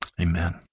amen